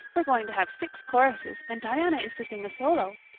we're going to have six choruses and diana is to sing a solo.